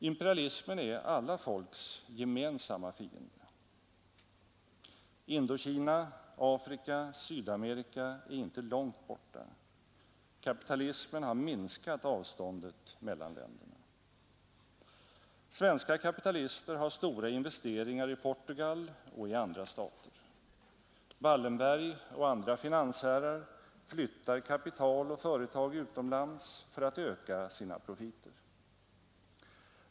Imperialismen är alla folks gemensamma fiende. Indokina, Afrika, Sydamerika är inte långt borta. Kapitalismen har minskat avståndet mellan länderna. Svenska kapitalister har stora investeringar i Portugal och i andra stater. Wallenberg och andra finansherrar flyttar kapital och företag utomlands för att öka sina profiter.